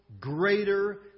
greater